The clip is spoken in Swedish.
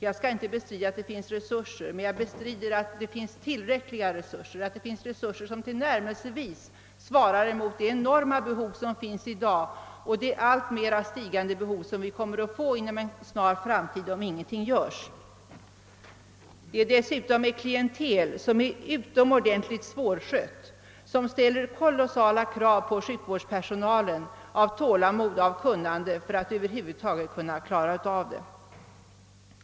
Jag skall inte bestrida att det finns resurser, men jag bestrider att det finns tillräckliga resurser, som ens tillnärmelsevis svarar mot det enorma behov som finns i dag och det alltmera stigande behov som vi kommer att få inom en snar framtid, om ingenting göres. Det är dessutom fråga om ett klientel som är utomordentligt svårskött, som ställer kolossala kråv på sjukvårdspersonalen i fråga om tåla: mod och kunnande för att denna över huvud taget skall kunna klara sin uppgift.